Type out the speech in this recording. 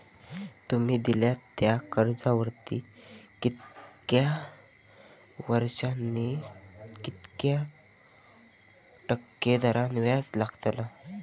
तुमि दिल्यात त्या कर्जावरती कितक्या वर्सानी कितक्या टक्के दराने व्याज लागतला?